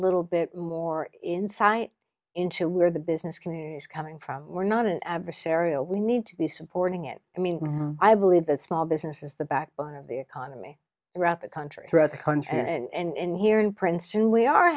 little bit more insight into where the business community is coming from we're not adversarial we need to be supporting it i mean i believe that small business is the backbone of the economy the country throughout the country and here in princeton we are